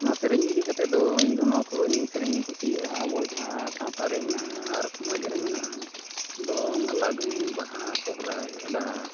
ᱱᱚᱣᱟ ᱥᱮᱨᱮᱧ ᱤᱫᱤ ᱠᱟᱛᱮ ᱫᱚ ᱤᱧᱫᱚ ᱱᱚᱣᱟ ᱠᱚᱧ ᱥᱮᱨᱮᱧ ᱠᱩᱥᱤᱭᱟᱜᱼᱟ ᱟᱵᱚᱣᱟᱜ ᱡᱟᱦᱟᱸ ᱥᱟᱶᱛᱟ ᱨᱮ ᱢᱮᱱᱟᱜᱼᱟ ᱟᱨ ᱥᱚᱢᱟᱡᱽᱨᱮ ᱢᱮᱱᱟᱜᱼᱟ ᱫᱚᱝ ᱞᱟᱜᱽᱲᱮ ᱵᱟᱦᱟ ᱥᱚᱦᱨᱟᱭ ᱰᱟᱦᱟᱨ